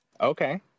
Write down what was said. Okay